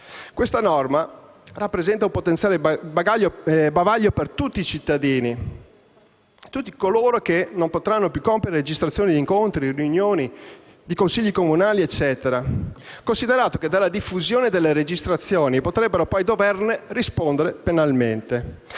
Questa norma rappresenta un potenziale bavaglio per tutti i cittadini, per tutti coloro che non potranno più compiere registrazioni di incontri, riunioni o consigli comunali, considerato che dalla diffusione delle registrazioni potrebbero poi doverne rispondere penalmente.